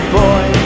boy